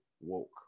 woke